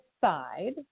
side